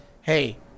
hey